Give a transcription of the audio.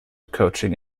coaching